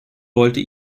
wollte